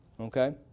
Okay